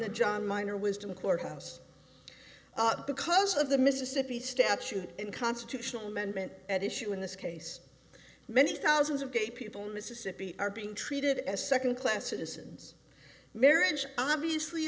the john minor wisdom courthouse because of the mississippi statute in constitutional amendment at issue in this case many thousands of gay people in mississippi are being treated as second class citizens marriage obviously